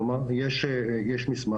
כלומר יש מסמך,